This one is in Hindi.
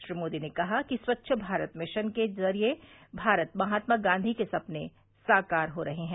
श्री मोदी ने कहा कि स्वच्छ भारत मिशन के जरिये भारत में महात्मा गांधी के सपने साकार हो रहे हैं